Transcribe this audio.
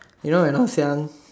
you know when I was young